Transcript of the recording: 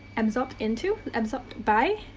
absorbed into? absorbed by.